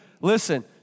listen